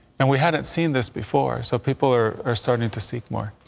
and we hadn't seen this before so people are are starting to see more.